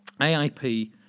AIP